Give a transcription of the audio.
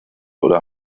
oder